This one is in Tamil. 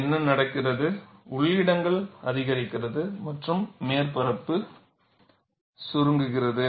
என்ன நடக்கிறது உள் இடங்கள் அதிகரிக்கிறது மற்றும் மேற்பரப்பு சுருங்குகிறது